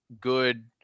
good